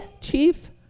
chief